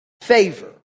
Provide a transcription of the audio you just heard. favor